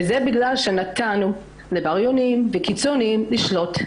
וזה בגלל שנתנו לבריונים וקיצוניים לשלוט,